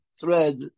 thread